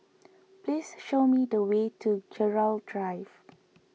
please show me the way to Gerald Drive